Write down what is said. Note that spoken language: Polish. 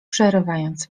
przerywając